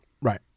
Right